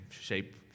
shape